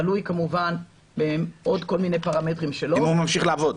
תלוי כמובן בעוד כול מיני פרמטרים -- אם הוא ממשיך לעבוד.